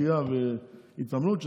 שחייה והתעמלות,